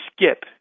skip